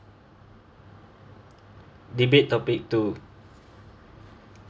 debate topic two